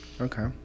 Okay